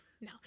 no